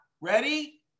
ready